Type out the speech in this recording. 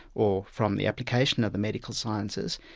or from the application of the medical sciences.